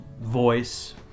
voice